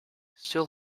still